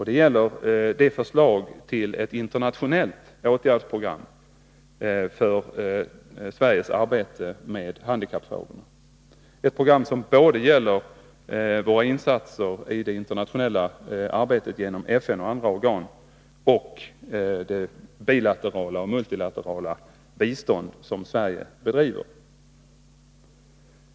Det gäller det förslag till ett internationellt åtgärdsprogram för Sveriges arbete med handikappfrågorna, ett program som gäller både våra insatser i det internationella arbetet genom FN och andra organ och det bilaterala och multilaterala bistånd som Sverige bedriver.